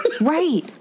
Right